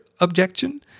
objection